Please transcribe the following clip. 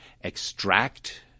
extract